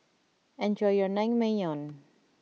enjoy your Naengmyeon